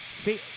See